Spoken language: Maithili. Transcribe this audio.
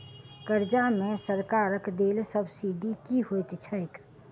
कर्जा मे सरकारक देल सब्सिडी की होइत छैक?